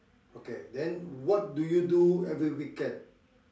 okay then what do you do every weekend